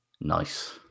Nice